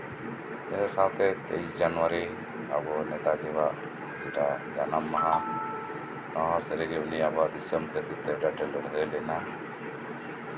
ᱤᱱᱟᱹ ᱥᱟᱶᱛᱮ ᱛᱮᱭᱤᱥ ᱡᱟᱱᱩᱣᱟᱨᱤ ᱟᱵᱚ ᱱᱮᱛᱟᱡᱤᱣᱟᱜ ᱡᱟᱱᱟᱢ ᱢᱟᱦᱟ ᱱᱚᱣᱟ ᱥᱟᱨᱤᱜᱮ ᱟᱵᱚᱣᱟᱜ ᱫᱤᱥᱚᱢ ᱞᱟᱹᱜᱤᱫ ᱛᱮ ᱟᱹᱰᱤ ᱟᱸᱴᱮᱭ ᱞᱟᱹᱲᱦᱟᱹᱭ ᱞᱮᱫᱟ